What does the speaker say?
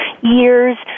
years